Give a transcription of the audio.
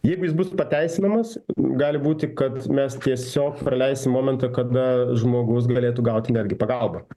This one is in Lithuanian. jeigu jis bus pateisinamas gali būti kad mes tiesiog praleisim momentą kada žmogus galėtų gauti netgi pagalbą